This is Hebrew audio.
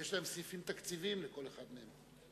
יש סעיפים תקציביים לכל אחד מהם.